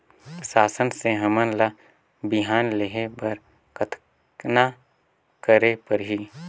शासन से हमन ला बिहान लेहे बर कतना करे परही?